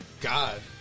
God